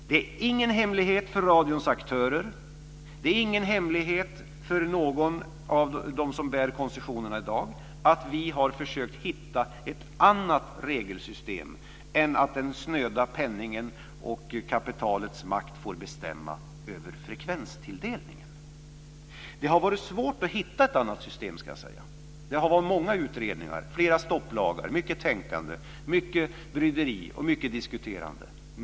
Det är ingen hemlighet för radions aktörer, ingen hemlighet för någon av dem som bär koncessionerna i dag att vi har försökt hitta ett annat regelsystem än att den snöda penningen och kapitalets makt får bestämma över frekvenstilldelningen. Det har varit svårt att hitta ett annat system ska jag säga. Det har varit många utredningar, flera stopplagar, mycket tänkande, mycket bryderi och mycket diskuterande.